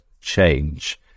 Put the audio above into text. change